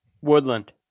Woodland